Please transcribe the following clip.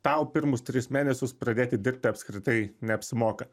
tau pirmus tris mėnesius pradėti dirbti apskritai neapsimoka